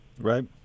Right